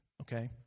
okay